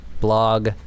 blog